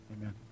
Amen